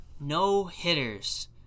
no-hitters